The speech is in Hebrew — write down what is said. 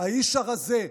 האיש הרזה,